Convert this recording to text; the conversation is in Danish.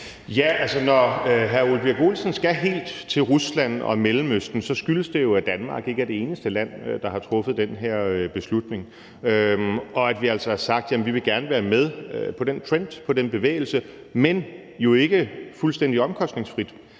(DF): Når hr. Ole Birk Olesen skal helt til Rusland og Mellemøsten, skyldes det jo, at Danmark ikke er det eneste land, der har truffet den her beslutning, og at vi altså har sagt, at vi gerne vil være med på den trend, den bevægelse, men jo ikke fuldstændig omkostningsfrit.